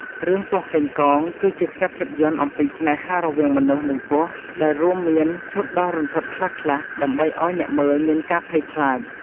រឿង ពស់កេងកង គឺជាខ្សែភាពយន្តអំពីស្នេហារវាងមនុស្ស និងពស់ ដែលរួមមានឈុតដ៏រន្ធត់ខ្លះៗដើម្បីឲ្យអ្នកមើលមានការភ័យខ្លាច។